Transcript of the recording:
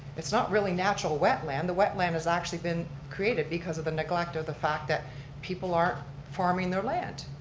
it's not really natural wetland. the wetland has actually been created because of the neglect of the fact that people aren't farming their land.